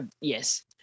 Yes